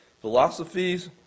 philosophies